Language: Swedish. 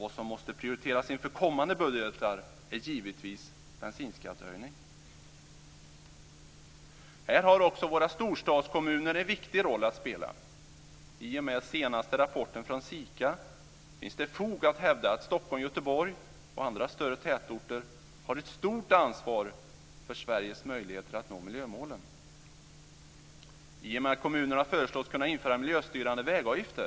Vad som måste prioriteras i kommande budgetar är givetvis en bensinskattehöjning. Här har också våra storstadskommuner en viktig roll att spela. I och med vad som framhålls i den senaste rapporten från SIKA finns det fog för att hävda att Stockholm, Göteborg och andra större tätorter har ett stort ansvar för Sveriges möjligheter att nå miljömålen. Kommunerna föreslås kunna införa miljöstyrande vägavgifter.